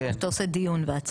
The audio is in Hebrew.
או שאתה עושה דיון והצבעה?